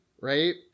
right